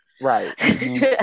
Right